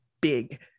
big